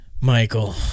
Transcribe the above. Michael